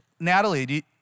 Natalie